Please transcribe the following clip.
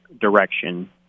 direction